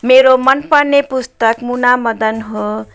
मेरो मनपर्ने पुस्तक मुनामदन हो